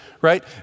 right